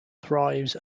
thrives